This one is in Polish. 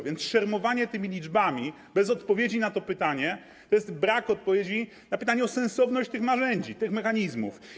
Więc szermowanie liczbami bez odpowiedzi na to pytanie to jest brak odpowiedzi na pytanie o sensowność tych narzędzi, tych mechanizmów.